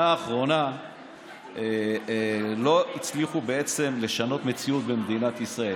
האחרונה לא הצליחו לשנות מציאות במדינת ישראל.